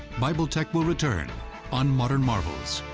bible tech will return on modern marvels.